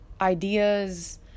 ideas